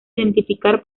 identificar